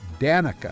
Danica